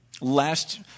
Last